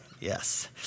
Yes